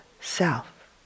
self